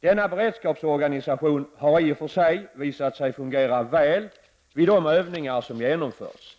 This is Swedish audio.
Denna beredskapsorganisation har i och för sig visat sig fungera väl vid de övningar som genomförts.